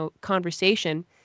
conversation